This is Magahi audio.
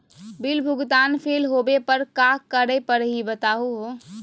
बिल भुगतान फेल होवे पर का करै परही, बताहु हो?